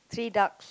three ducks